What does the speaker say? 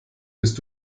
bist